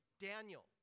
Daniel